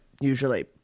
usually